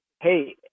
hey